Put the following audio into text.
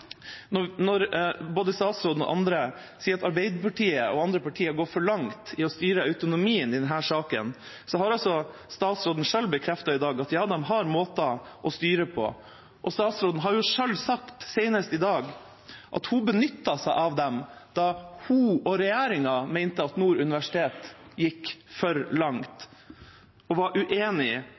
Når både statsråden og andre sier at Arbeiderpartiet og andre partier har gått for langt i å styre autonomien i denne saken, har altså statsråden selv i dag bekreftet at man har måter å styre på. Og statsråden har selv sagt, senest i dag, at hun benyttet seg av dem da hun og regjeringa mente at Nord universitet gikk for langt – hun var uenig